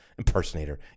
Impersonator